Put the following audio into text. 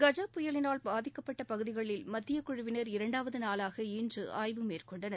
கஜ புயலினால் பாதிக்கப்பட்ட பகுதிகளில் மத்தியக் குழுவினர் இரண்டாவது நாளாக இன்று ஆய்வு மேற்கொண்டனர்